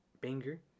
Banger